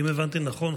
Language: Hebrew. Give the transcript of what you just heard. אם הבנתי נכון,